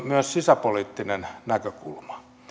myös sisäpoliittinen näkökulma